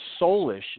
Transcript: soulish